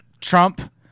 Trump